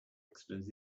accident